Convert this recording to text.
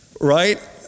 right